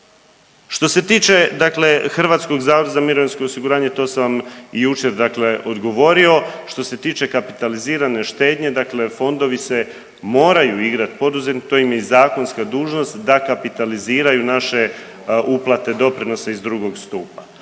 Što se tiče, dakle Hrvatskog zavoda za mirovinsko osiguranje to sam vam i jučer, dakle odgovorio. Što se tiče kapitalizirane štednje, dakle fondovi se moraju igrati poduzetnika. To im je i zakonska dužnost da kapitaliziraju naše uplate, doprinose iz drugog stupa.